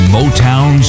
Motown